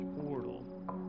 Portal